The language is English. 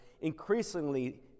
increasingly